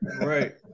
right